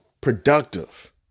productive